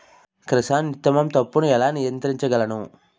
Chrysanthemum తప్పును ఎలా నియంత్రించగలను?